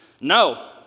no